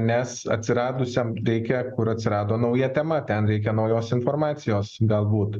nes atsiradusiam reikia kur atsirado nauja tema ten reikia naujos informacijos galbūt